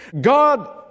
God